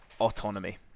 autonomy